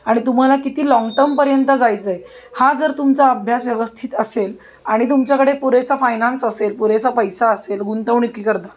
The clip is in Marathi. आणि तुम्हाला किती लाँगटर्मपर्यंत जायचं आहे हा जर तुमचा अभ्यास व्यवस्थित असेल आणि तुमच्याकडे पुरेसा फायनान्स असेल पुरेसा पैसा असेल गुंतवणुकीकरता